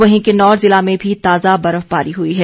वहीं किन्नौर जिला में भी ताज़ा बर्फबारी हुई है